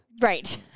Right